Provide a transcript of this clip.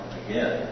again